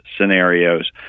scenarios